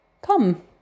come